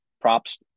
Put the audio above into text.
props